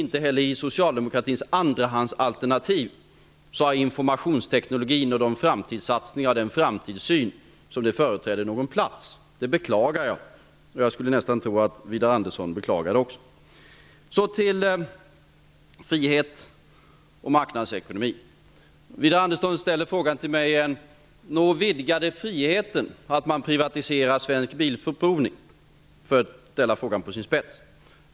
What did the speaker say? Inte heller i socialdemokratins andrahandsalternativ har informationsteknologin och de framtidssatsningar och den framtidssyn den företräder någon plats. Det beklagar jag. Jag skulle nästan tro att också Widar Andersson beklagar det. Så går jag över till ämnet frihet och marknadsekonomi. Widar Andersson ställer frågan till mig: Når den vidgade friheten så långt att man privatiserar Svensk bilprovning? Han ställer frågan på sin spets.